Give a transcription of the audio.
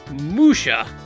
Musha